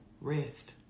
rest